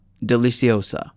deliciosa